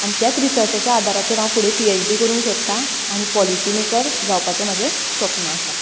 आनी त्याच रिसर्चाच्या आदाराचेर हांव फुडें पी एच डी करूंक सोदतां आनी पॉलिसी मेकर जावपाचें म्हाजें सप्न आसा